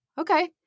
okay